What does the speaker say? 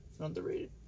underrated